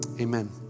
amen